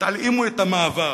תלאימו את המעבר